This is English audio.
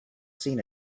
seen